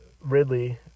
Ridley